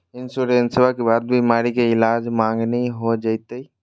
इंसोरेंसबा के बाद बीमारी के ईलाज मांगनी हो जयते?